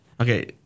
Okay